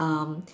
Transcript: um